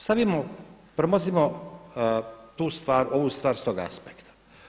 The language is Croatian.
Stavimo, promotrimo tu stvar, ovu stvar s ovog aspekta.